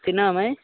తిన్నావా మరి